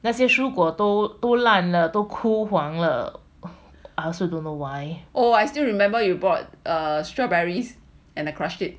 oh I still remember you bought strawberries and I crush it